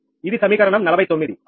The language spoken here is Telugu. ఇది సమీకరణం 49 అవునా